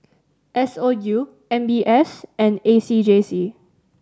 S O U M B S and A C J C